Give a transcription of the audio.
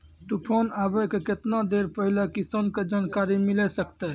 तूफान आबय के केतना देर पहिले किसान के जानकारी मिले सकते?